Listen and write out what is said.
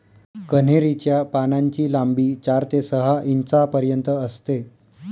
कन्हेरी च्या पानांची लांबी चार ते सहा इंचापर्यंत असते